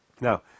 Now